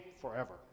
forever